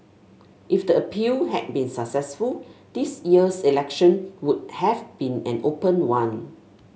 if the appeal had been successful this year's election would have been an open one